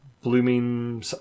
Blooming